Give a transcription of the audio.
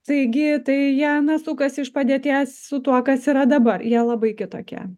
taigi tai jie na sukasi iš padėties su tuo kas yra dabar jie labai kitokie